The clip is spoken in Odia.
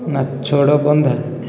ନାଛୋଡ଼ ବନ୍ଧା